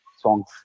songs